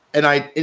and i.